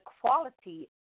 quality